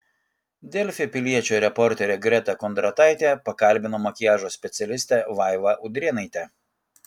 delfi piliečio reporterė greta kondrataitė pakalbino makiažo specialistę vaivą udrėnaitę